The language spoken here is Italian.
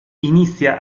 inizia